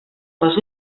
les